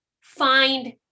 find